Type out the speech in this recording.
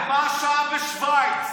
מה השעה בשווייץ?